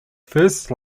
first